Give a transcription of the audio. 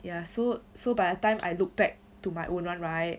ya so so by the time I look back to my own one right